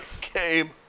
came